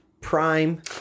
prime